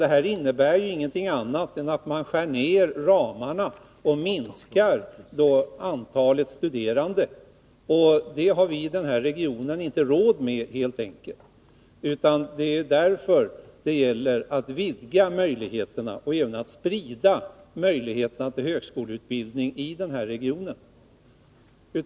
Detta innebär ingenting annat än att man skär ner ramarna och minskar antalet studerande, och det har vi i denna region helt enkelt inte råd med. Det är därför det gäller att vidga möjligheterna och även sprida möjligheterna till högskoleutbildning i denna region.